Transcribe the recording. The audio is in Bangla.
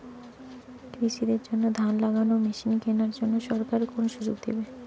কৃষি দের জন্য ধান লাগানোর মেশিন কেনার জন্য সরকার কোন সুযোগ দেবে?